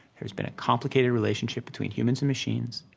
there's been a complicated relationship between humans and machines,